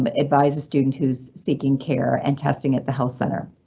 but advise a student who's seeking care and testing at the health center.